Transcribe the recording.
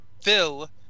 Phil